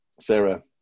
Sarah